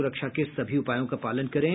सुरक्षा के सभी उपायों का पालन करें